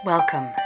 Welcome